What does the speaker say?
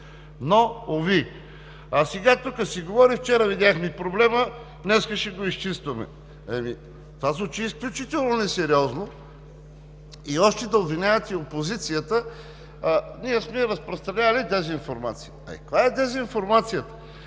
Но, уви! А сега тук се говори: „Вчера видяхме проблема, днес ще го изчистваме.“ Ами това звучи изключително несериозно. И още да обвинявате опозицията – ние сме разпространявали дезинформация. Каква е дезинформацията?